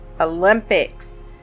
olympics